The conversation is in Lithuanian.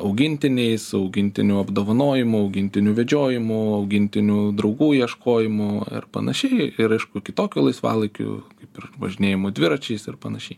augintiniais augintinių apdovanojimų augintinių vedžiojimu augintinių draugų ieškojimu ir panašiai ir aišku kitokiu laisvalaikiu kaip ir važinėjimu dviračiais ir panašiai